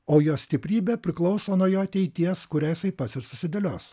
o jo stiprybė priklauso nuo jo ateities kurią jisai pats ir susidėlios